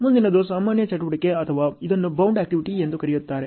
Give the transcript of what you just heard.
ಮುಂದಿನದು ಸಾಮಾನ್ಯ ಚಟುವಟಿಕೆ ಅಥವಾ ಇದನ್ನು ಬೌಂಡ್ ಆಕ್ಟಿವಿಟಿ ಎಂದೂ ಕರೆಯುತ್ತಾರೆ